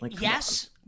Yes